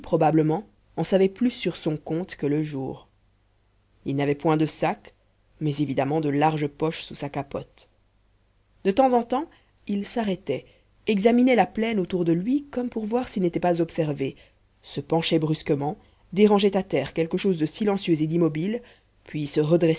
probablement en savait plus sur son compte que le jour il n'avait point de sac mais évidemment de larges poches sous sa capote de temps en temps il s'arrêtait examinait la plaine autour de lui comme pour voir s'il n'était pas observé se penchait brusquement dérangeait à terre quelque chose de silencieux et d'immobile puis se